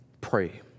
pray